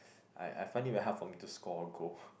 I I find it very hard for me to score a goal